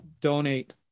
donate